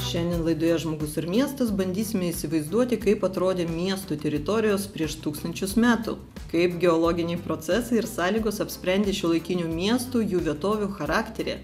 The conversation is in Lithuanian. šiandien laidoje žmogus ir miestas bandysime įsivaizduoti kaip atrodė miestų teritorijos prieš tūkstančius metų kaip geologiniai procesai ir sąlygos apsprendė šiuolaikinių miestų jų vietovių charakterį